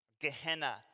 Gehenna